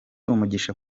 umugisha